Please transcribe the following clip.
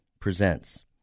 presents